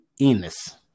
Enos